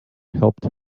helped